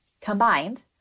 combined